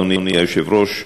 אדוני היושב-ראש,